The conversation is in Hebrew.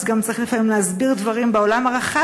גם צריך לפעמים להסביר דברים בעולם הרחב.